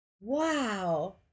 Wow